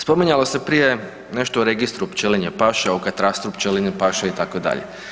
Spominjalo se prije nešto o registru pčelinje paše, o katastru pčelinje paše, itd.